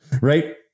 right